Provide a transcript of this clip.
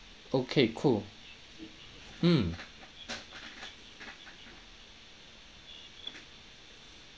okay cool mm